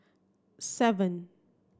seven